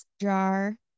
jar